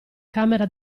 camera